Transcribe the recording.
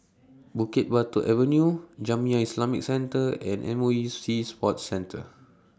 Bukit Batok Avenue Jamiyah Islamic Centre and M O E Sea Sports Centre